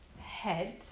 head